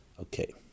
Okay